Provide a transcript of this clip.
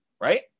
right